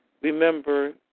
remember